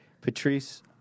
Patrice